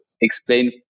explain